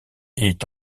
est